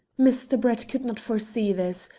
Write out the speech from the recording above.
mr. brett could not foresee this,